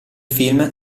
film